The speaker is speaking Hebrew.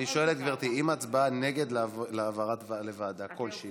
אני שואל את גברתי: אם ההצבעה היא נגד העברה לוועדה כלשהי?